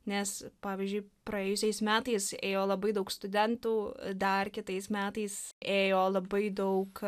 nes pavyzdžiui praėjusiais metais ėjo labai daug studentų dar kitais metais ėjo labai daug